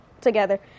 together